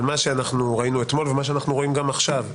אבל מה שראינו אתמול ומה שאנחנו רואים גם עכשיו,